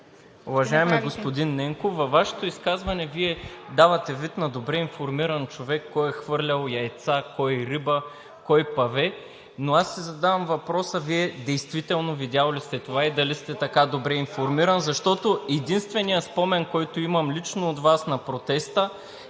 Уважаеми господин Ненков, във Вашето изказване Вие давате вид на добре информиран човек кой е хвърлял яйца, кой риба, кой паве, но аз си задавам въпроса: Вие действително видял ли сте това и дали сте така добре информиран, защото единственият спомен, който имам лично от Вас на протеста,